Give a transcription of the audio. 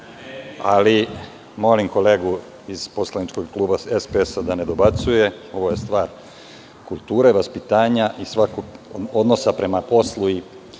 žao.)Molim kolegu iz poslaničkog kluba SPS da ne dobacuje. Ovo je stvar kulture, vaspitanja i svakako odnosa prema poslu